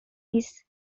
his